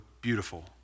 beautiful